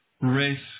risk